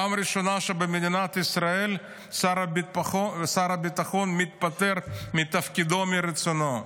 פעם ראשונה שבמדינת ישראל שר הביטחון מתפטר מתפקידו מרצונו.